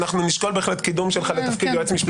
אנחנו נשקול בהחלט קידום שלך לתפקיד יועץ משפטי לוועדה...